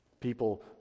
people